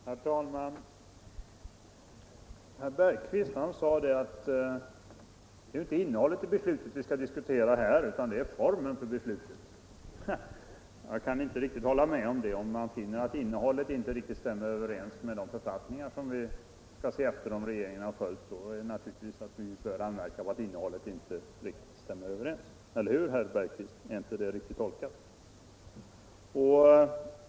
Herr talman! Herr Bergqvist sade att det inte är innehållet i beslutet vi skall diskutera här utan formen för beslutet. Jag kan inte hålla med om det. Om vi finner att innehållet i ett beslut inte riktigt stämmer överens med de författningar som vi skall se efter om regeringen har följt, då är det väl naturligt att vi anmärker på det. Är inte det rätt tolkat, herr Bergqvist?